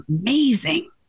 amazing